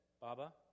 Baba